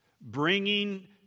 bringing